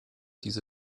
diese